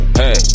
hey